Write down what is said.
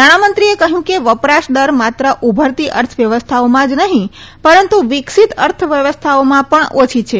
નાણાંમંત્રીએ કહ્યું કે વપરાશ દર માત્ર ઉભરતી અર્થવ્યવસ્થાઓમાં જ નહીં પરંતુ વિકસિત અર્થવ્યવસ્થાઓમાં પણ ઓછી છે